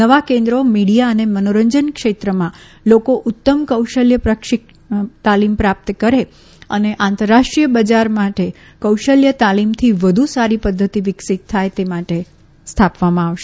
નવા કેન્દ્રો મીડિયા અને મનોરંજન ક્ષેત્રમાં લોકો ઉત્તમ કૌશલ પ્રશિક્ષણ પ્રાપ્ત કરે અને આંતરરાષ્ટ્રીય બજાર માટે કૌશલ્ય તાલીમથી વધુ સારી પદ્વતિ વિકસિત થાય તે માટે સ્થાપવામાં આવશે